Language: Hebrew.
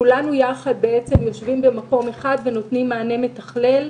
כולנו יחד יושבים במקום אחד ונותנים מענה מתכלל,